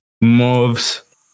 moves